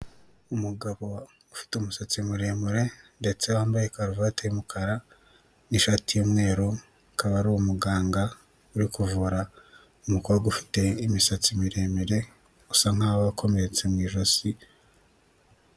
Umugabo ufite umusatsi muremure ndetse wambaye karuvati y'umukara n'ishati yumweru, akaba ari umuganga uri kuvura umukobwa ufite imisatsi miremire asa nkaho wakomeretse mu ijosi rye.